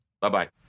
Bye-bye